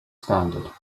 standard